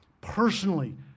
personally